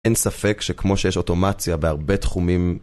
אין ספק שכמו שיש אוטומציה בהרבה תחומים...